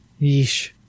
yeesh